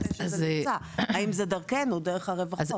--- האם זה דרכנו, דרך הרווחות?